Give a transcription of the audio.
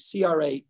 CRA